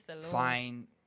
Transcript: fine